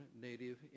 Native